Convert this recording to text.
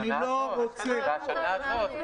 זה השנה הזאת.